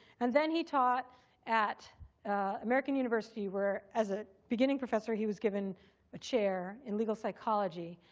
and then he taught at american university, where as a beginning professor, he was given a chair in legal psychology,